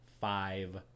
five